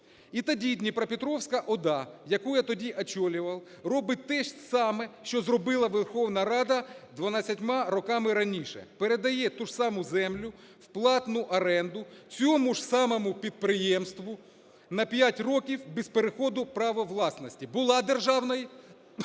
І тоді Дніпропетровська ОДА, яку я тоді очолював, робить те ж саме, що зробила Верховна Рада 12 роками раніше, передає ту ж саму землю в платну оренду цьому ж самому підприємству на 5 років без переходу право власності, була державною,